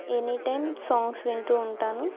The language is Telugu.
ఏనీ టైమ్ సాంగ్స్ వింటు ఉంటాను